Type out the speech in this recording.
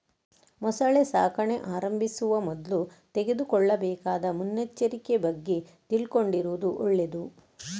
ಮೊಸಳೆ ಸಾಕಣೆ ಆರಂಭಿಸುವ ಮೊದ್ಲು ತೆಗೆದುಕೊಳ್ಳಬೇಕಾದ ಮುನ್ನೆಚ್ಚರಿಕೆ ಬಗ್ಗೆ ತಿಳ್ಕೊಂಡಿರುದು ಒಳ್ಳೇದು